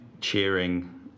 cheering